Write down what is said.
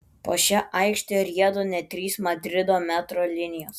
po šia aikšte rieda net trys madrido metro linijos